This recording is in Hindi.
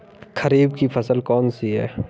खरीफ की फसल कौन सी है?